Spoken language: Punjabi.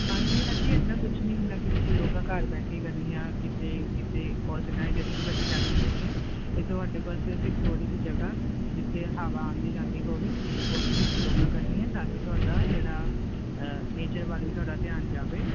ਹਾਂਜੀ ਹਾਂਜੀ ਇੱਦਾਂ ਕੁਛ ਨਹੀਂ ਹੁੰਦਾ ਕਿ ਤੁਸੀਂ ਯੋਗਾ ਘਰ ਬਹਿ ਕੇ ਹੀ ਕਰਨੀ ਆ ਕਿਤੇ ਕਿਤੇ ਔਰਗਨਾਈਜੇਸ਼ਨ ਬਹਿ ਕੇ ਜਾ ਕੇ ਕਰਨੀ ਹੈ ਇਹ ਤੁਹਾਡੇ ਕੋਲ ਸਿਫ਼ਫ ਥੋੜ੍ਹੀ ਜਿਹੀ ਜਗ੍ਹਾ ਜਿੱਥੇ ਹਵਾ ਆਉਂਦੀ ਜਾਂਦੀ ਹੋਵੇ ਉੱਥੇ ਤੁਸੀਂ ਯੋਗਾ ਕਰਨੀ ਹੈ ਤਾਂ ਕਿ ਤੁਹਾਡਾ ਜਿਹੜਾ ਨੇਚਰ ਵੱਲ ਵੀ ਤੁਹਾਡਾ ਧਿਆਨ ਜਾਵੇ